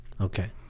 Okay